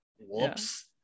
whoops